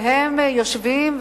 והם יושבים,